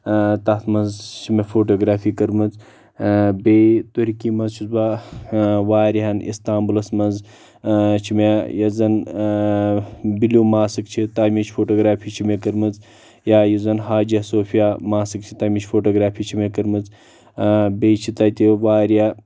تتھ منٛز چھ مےٚ فوٹوگرافی کٔرمٕژ بیٚیہِ تُرکی منٛز چھُس بہٕ واریاہن استامبُلس منٛز چھُ مےٚ یُس زن بِلیوٗ ماسٕک چھِ تمِچ فوٹوگرافی چھِ مےٚ کٔرمٕژ یا یُس زن حاجیا صوٗفیا ماسٕک چھ تمِچ فوٹوگرافی چھِ مےٚ کٔرمٕژ بیٚیہِ چھ تتہِ واریاہ